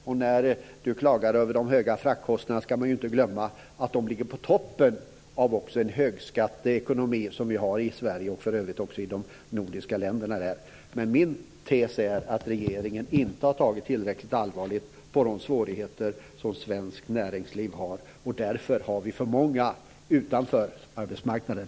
När Lilian Virgin klagar över de höga fraktkostnaderna ska man inte glömma att de ligger på toppen av den högskatteekonomi som vi har i Sverige och för övrigt också i de andra nordiska länderna. Men min tes är att regeringen inte har tagit tillräckligt allvarligt på de svårigheter som svenskt näringsliv har, och därför har vi för många utanför arbetsmarknaden.